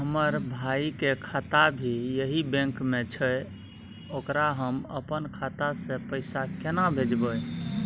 हमर भाई के खाता भी यही बैंक में छै ओकरा हम अपन खाता से पैसा केना भेजबै?